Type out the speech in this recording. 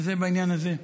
אז זה בעניין הזה.